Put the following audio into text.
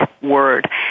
word